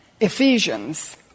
Ephesians